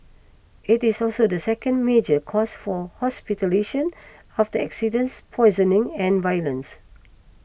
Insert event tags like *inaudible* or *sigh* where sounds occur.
it is also the second major cause for *unintelligible* after accidents poisoning and violence